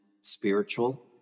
spiritual